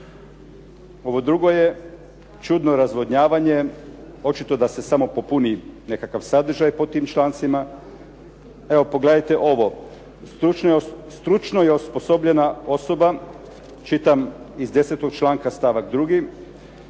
Ovo drugo je čudno razvodnjavanje, očito da se samo popuni nekakav sadržaj po tim člancima. Evo pogledajte ovo. “Stručno je osposobljena osoba“ čitam iz 10. članka stavak 2.